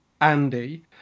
Andy